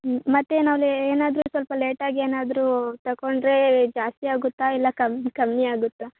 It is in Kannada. ಮತ್ತು ನಾವು ಏನಾದರೂ ಸ್ವಲ್ಪ ಲೇಟಾಗಿ ಏನಾದರೂ ತಕೊಂಡರೆ ಜಾಸ್ತಿ ಆಗುತ್ತಾ ಇಲ್ಲ ಕಮ್ಮಿ ಕಮ್ಮಿಯಾಗುತ್ತಾ